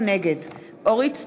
נגד אורית סטרוק,